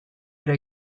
ere